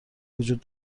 وجود